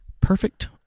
Perfect